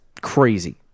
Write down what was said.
crazy